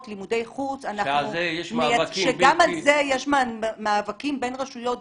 לימודי חוץ שגם על זה יש מאבקים בין רשויות,